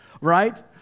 right